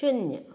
शुन्न